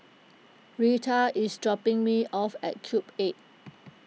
Reta is dropping me off at Cube eight